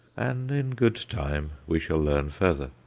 and in good time we shall learn further.